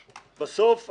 אני רוצה להזכיר שהשדה,